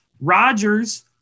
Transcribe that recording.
Rodgers